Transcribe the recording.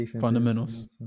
Fundamentals